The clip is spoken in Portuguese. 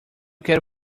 quero